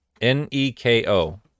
N-E-K-O